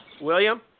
William